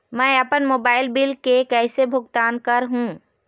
मैं अपन mobile bill के कैसे भुगतान कर हूं?